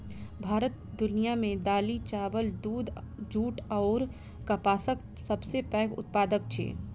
भारत दुनिया मे दालि, चाबल, दूध, जूट अऔर कपासक सबसे पैघ उत्पादक अछि